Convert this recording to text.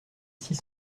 six